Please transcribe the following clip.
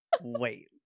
wait